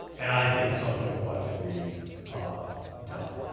and i think something ought to be ah done.